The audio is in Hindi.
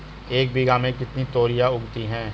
एक बीघा में कितनी तोरियां उगती हैं?